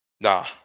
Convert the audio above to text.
Nah